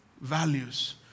values